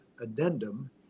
addendum